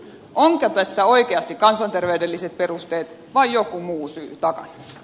ovatko tässä oikeasti kansanterveydelliset perusteet vai joku muu syy takana